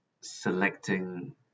selecting